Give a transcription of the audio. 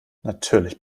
natürlich